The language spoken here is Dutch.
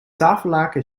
tafellaken